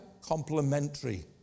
complementary